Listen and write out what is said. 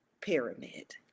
pyramid